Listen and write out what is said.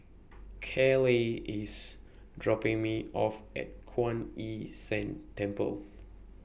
Kaleigh IS dropping Me off At Kuan Yin San Temple